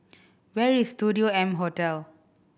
where is Studio M Hotel